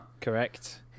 Correct